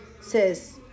says